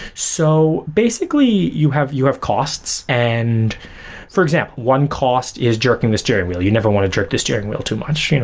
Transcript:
so basically, you have you have costs and for example, one cost is jerking the steering wheel. you never want to jerk the steering wheel too much. you know